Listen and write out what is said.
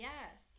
Yes